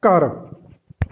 ਘਰ